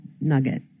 nugget